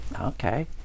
okay